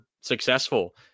successful